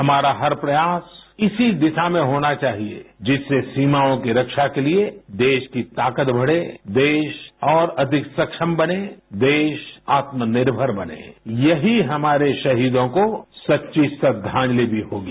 हमारा हर प्रयास इसी दिशा में होना चाहिए जिससे सीमाओं की रक्षा के लिए देश की ताकत बढ़े देश और अधिक सक्षम बने देश आत्मनिर्भर बने यही हमारे शहीदों को सच्ची श्रद्दांजलि भी होगी